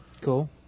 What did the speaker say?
Cool